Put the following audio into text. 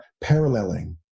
paralleling